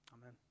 Amen